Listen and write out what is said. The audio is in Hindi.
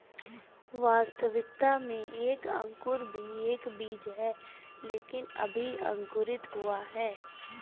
वास्तविकता में एक अंकुर भी एक बीज है लेकिन अभी अंकुरित हुआ है